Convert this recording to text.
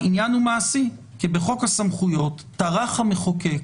העניין הוא מעשי, כי בחוק הסמכויות טרח המחוקק